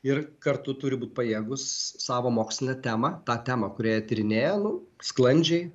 ir kartu turi būti pajėgūs savo mokslinę temą tą temą kurioje tyrinėja nu sklandžiai